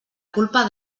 culpa